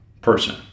person